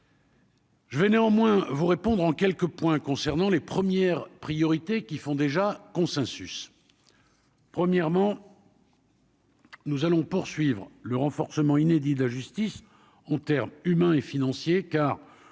Je vais néanmoins vous répondre en quelques points concernant les premières priorités qui font déjà consensus premièrement. Nous allons poursuivre le renforcement inédit : la justice en termes humains et financiers, car